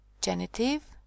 genitive